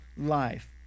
life